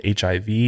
HIV